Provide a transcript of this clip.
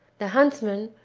the huntsman,